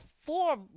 four